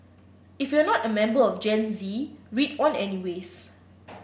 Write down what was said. if you're not a member of Gen Z read on any ways